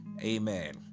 Amen